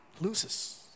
loses